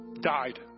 died